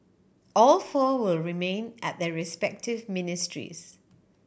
all four will remain at their respective ministries